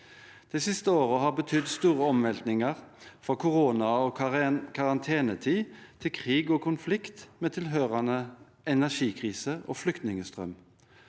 De siste årene har betydd store omveltninger, fra korona og karantenetid til krig og konflikt, med tilhørende energikrise og flyktningstrøm.